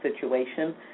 situation